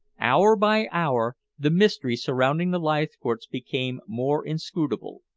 hour by hour the mystery surrounding the leithcourts became more inscrutable,